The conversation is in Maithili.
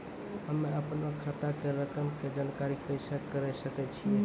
हम्मे अपनो खाता के रकम के जानकारी कैसे करे सकय छियै?